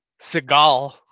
Seagal